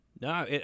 No